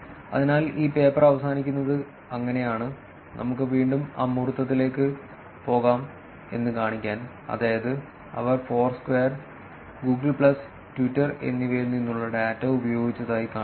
അതിനാൽ ഈ പേപ്പർ അവസാനിക്കുന്നത് അങ്ങനെയാണ് നമുക്ക് വീണ്ടും അമൂർത്തത്തിലേക്ക് പോകാം എന്ന് കാണിക്കാൻ അതായത് അവർ ഫോർസ്ക്വയർ ഗൂഗിൾ പ്ലസ് ട്വിറ്റർ എന്നിവയിൽ നിന്നുള്ള ഡാറ്റ ഉപയോഗിച്ചതായി കാണിക്കുന്നു